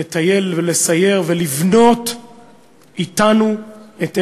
לטייל ולסייר ולבנות אתנו את ארץ-ישראל.